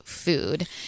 food